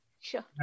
Sure